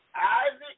Isaac